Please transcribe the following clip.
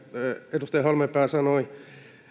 edustaja halmeenpää sanoi